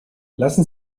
lassen